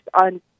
on